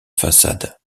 façade